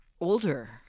Older